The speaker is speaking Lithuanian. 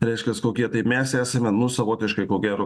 reiškias kokie tai mes esame nu savotiškai ko gero